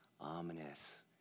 Ominous